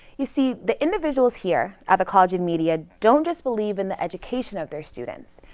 you see the individuals here at the college of media don't just believe in the education of their students,